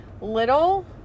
little